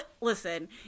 listen